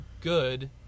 good